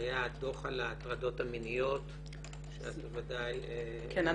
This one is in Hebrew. הדוח על ההטרדות המיניות שאת בוודאי -- כן,